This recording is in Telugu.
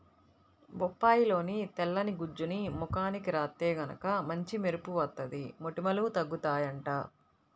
బొప్పాయిలోని తెల్లని గుజ్జుని ముఖానికి రాత్తే గనక మంచి మెరుపు వత్తది, మొటిమలూ తగ్గుతయ్యంట